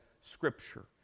scripture